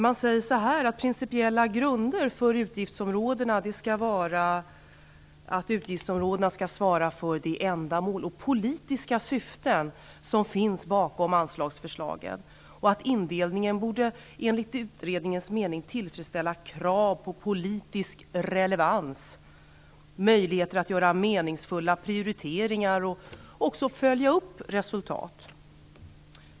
Man säger att principiella grunder för utgiftsområdena skall vara att dessa svarar för de ändamål och politiska syften som finns bakom anslagsförslagen. Indelningen borde enligt utredningens mening tillfredsställa krav på politisk relevans och möjligheter att göra meningsfulla prioriteringar och att följa upp resultat.